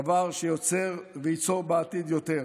דבר שיוצר וייצור בעתיד יותר